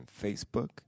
Facebook